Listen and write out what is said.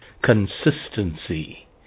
consistency